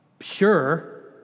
sure